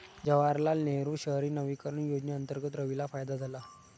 जवाहरलाल नेहरू शहरी नवीकरण योजनेअंतर्गत रवीला फायदा झाला